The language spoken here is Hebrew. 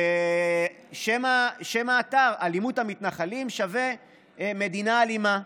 ושם האתר: אלימות המתנחלים = מדינה אלימה.